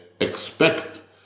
expect